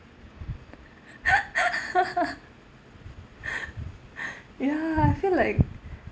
ya I feel like